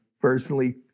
personally